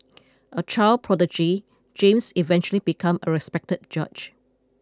a child prodigy James eventually become a respected judge